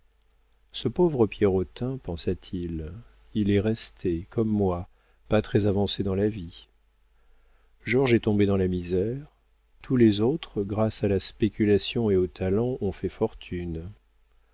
ce pauvre pierrotin pensa-t-il il est resté comme moi pas très avancé dans la vie georges est tombé dans la misère tous les autres grâce à la spéculation et au talent ont fait fortune